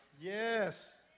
Yes